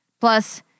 Plus